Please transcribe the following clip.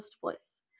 voice